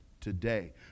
today